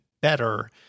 better